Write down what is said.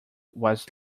was